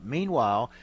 Meanwhile